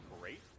great